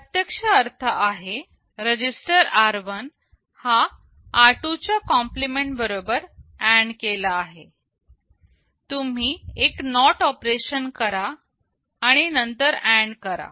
प्रत्यक्ष अर्थ आहे रजिस्टर r1 हा r2 च्या कॉम्प्लिमेंट बरोबर AND केला आहे तुम्ही एक NOT ऑपरेशन करा आणि नंतर AND करा